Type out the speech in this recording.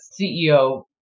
CEO